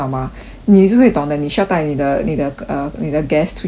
你也是会懂的你需要带你的你的 uh 你的 guest 出去这样子